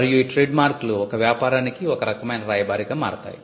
మరియు ఈ ట్రేడ్మార్క్లు ఒక వ్యాపారానికి ఒక రకమైన రాయబారిగా మారతాయి